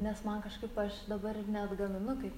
nes man kažkaip aš dabar neatgaminu kaip